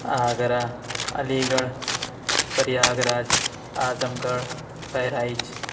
Agra Aligarh Prayagraj Azamgarh Bahraich